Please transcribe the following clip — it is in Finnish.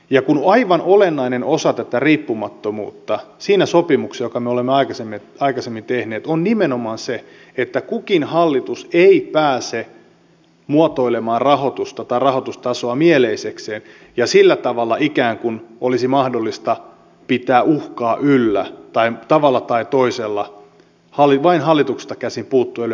ja aivan olennainen osa tätä riippumattomuutta siinä sopimuksessa jonka me olemme aikaisemmin tehneet on nimenomaan se että kukin hallitus ei pääse muotoilemaan rahoitusta tai rahoitustasoa mieleisekseen ja sillä tavalla ikään kuin olisi mahdollista pitää uhkaa yllä tai tavalla tai toisella vain hallituksesta käsin puuttua yleisradion asemaan